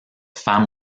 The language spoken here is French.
femme